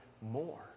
more